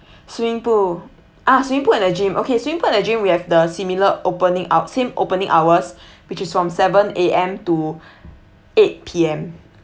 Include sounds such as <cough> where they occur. swimming pool ah swimming pool and the gym okay swimming pool and the gym we have the similar opening hou~ same opening hours <breath> which is from seven A_M to <breath> eight P_M